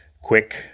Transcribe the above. quick